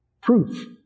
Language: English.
proof